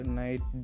night